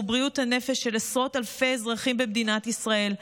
בריאות הנפש של עשרות אלפי אזרחים במדינת ישראל,